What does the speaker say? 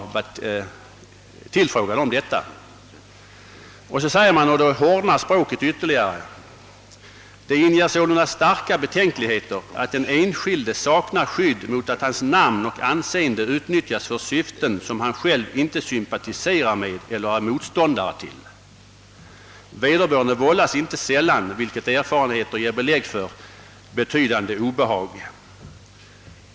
Så sägs det i motionen — och då hårdnar språket ytterligare: »Det inger sålunda starka betänkligheter att den enskilde saknar skydd mot att hans namn och anseende utnyttjas för syften, som han själv inte sympatiserar med eller är motståndare till. Veder börande vållas inte sällan — vilket erfarenheter ger belägg för — betydande obehag.